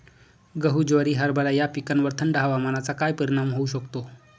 गहू, ज्वारी, हरभरा या पिकांवर थंड हवामानाचा काय परिणाम होऊ शकतो?